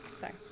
Sorry